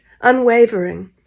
Unwavering